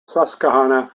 susquehanna